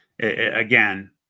Again